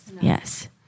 yes